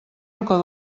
racó